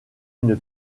une